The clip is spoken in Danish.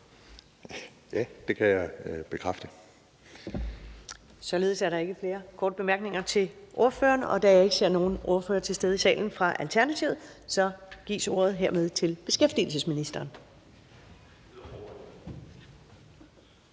(Karen Ellemann): Således er der ikke flere korte bemærkninger til ordføreren, og da jeg ikke ser nogen ordfører for Alternativet til stede i salen, gives ordet hermed til beskæftigelsesministeren.